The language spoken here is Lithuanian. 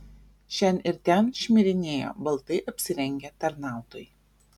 šen ir ten šmirinėjo baltai apsirengę tarnautojai